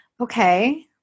okay